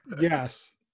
Yes